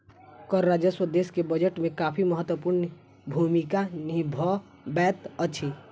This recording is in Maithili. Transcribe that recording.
कर राजस्व देश के बजट में काफी महत्वपूर्ण भूमिका निभबैत अछि